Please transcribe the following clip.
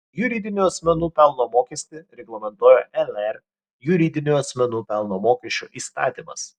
juridinių asmenų pelno mokestį reglamentuoja lr juridinių asmenų pelno mokesčio įstatymas